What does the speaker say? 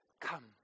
Come